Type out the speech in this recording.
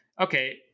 okay